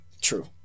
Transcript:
True